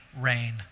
rain